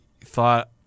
thought